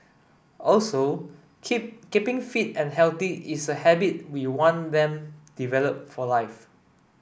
also keep keeping fit and healthy is a habit we want them develop for life